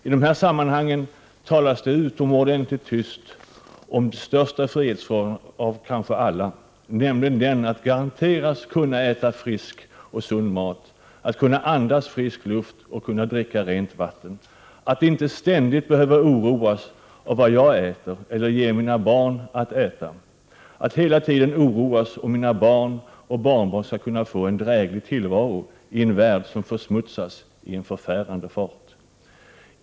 I dessa sammanhang talas det utomordentligt tyst om den kanske största frihetsfrågan av alla, nämligen den att man skall garanteras att kunna äta frisk och sund mat, att kunna andas frisk luft, att kunna dricka rent vatten, att inte ständigt behöva oroas av vad man äter eller vad man ger sina barn att äta, att inte hela tiden behöva oroas om ens barn och barnbarn skall kunna få en dräglig tillvaro i en värld som försmutsas i en förfärande fart.